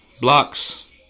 Blocks